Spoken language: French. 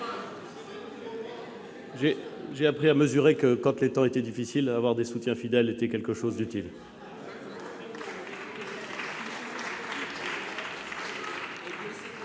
J'ai appris à mesurer que, lorsque les temps sont difficiles, avoir des soutiens fidèles est quelque chose d'utile